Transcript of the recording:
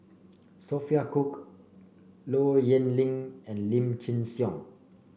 Sophia Cooke Low Yen Ling and Lim Chin Siong